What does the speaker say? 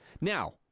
Now